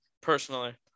personally